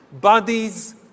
bodies